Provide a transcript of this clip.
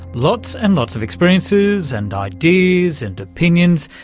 lots and lots of experiences and ideas and opinions,